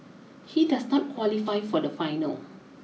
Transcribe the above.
he does not qualify for the final